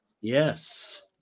Yes